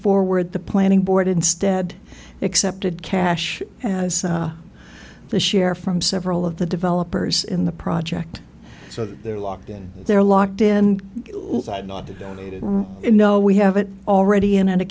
forward the planning board instead accepted cash as the share from several of the developers in the project so they're locked in their locked in not know we have it already in an a